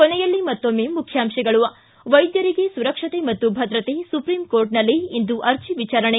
ಕೊನೆಯಲ್ಲಿ ಮತ್ತೊಮ್ಮೆ ಮುಖ್ಯಾಂಶಗಳು ಿ ವೈದ್ಯರಿಗೆ ಸುರಕ್ಷತೆ ಮತ್ತು ಭದ್ರತೆ ಸುಪ್ರೀಂ ಕೋರ್ಟ್ನಲ್ಲಿ ಇಂದು ಅರ್ಜೆ ವಿಚಾರಣೆ